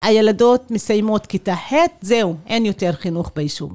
הילדות מסיימות כיתה ח', זהו, אין יותר חינוך ביישוב.